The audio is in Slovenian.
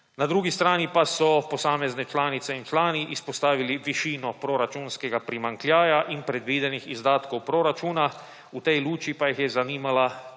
Na drugi strani pa so posamezne članice in člani izpostavili višino proračunskega primanjkljaja in predvidenih izdatkov proračuna, v tej luči pa jih je zanimala